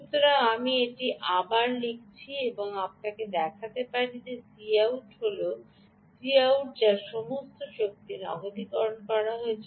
সুতরাং আমি এটি আবার লিখতে এবং আপনাকে দেখাতে পারি যে এটি হল Cout এবং এই Cout টি হল যা সমস্ত শক্তি নগদকরণ করছে